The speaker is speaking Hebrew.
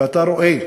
ואתה רואה